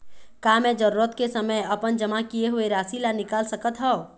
का मैं जरूरत के समय अपन जमा किए हुए राशि ला निकाल सकत हव?